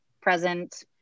present